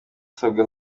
asabwa